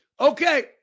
Okay